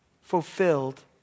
fulfilled